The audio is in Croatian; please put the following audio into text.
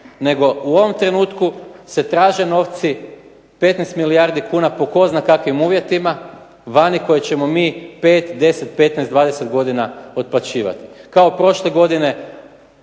Nego u ovom trenutku se traže novci 15 milijardi kuna po tko zna kakvim uvjetima vani koje ćemo mi 5, 10, 15, 20 godina otplaćivati, kao prošle godine